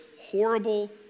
horrible